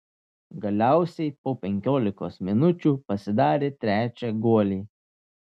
galiausiai po penkiolikos minučių pasidarė trečią guolį